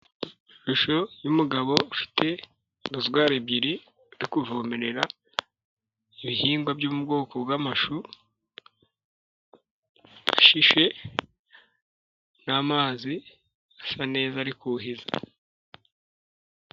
Ishusho y'umugabo ufite rozwazare ebyiri zo kuvomerera ibihingwa byo mu bwoko bw'amashu ashishe n'amazi asa neza ari kuhiza.